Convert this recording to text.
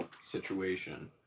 situation